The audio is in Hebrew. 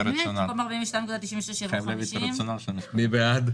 במקום 42.96 יבוא 45. מי בעד?